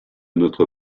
notre